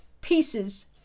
pieces